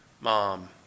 mom